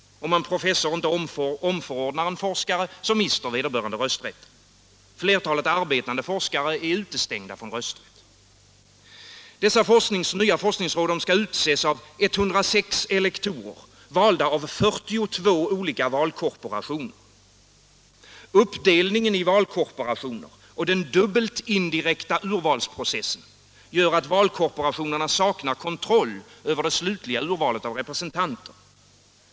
Om en professor inte omförordnar en forskare, mister vederbörande rösträtten. Flertalet arbetande forskare är utestängda från rösträtt. De nya forskningsråden skall utses av 106 elektorer, valda av 42 olika valkorporationer. Uppdelningen i valkorporationer och den dubbelt indirekta urvalsprocessen gör att valkorporationerna saknar kontroll över det slutliga urvalet av representanter.